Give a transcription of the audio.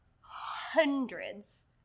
hundreds –